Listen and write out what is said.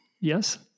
Yes